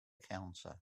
counter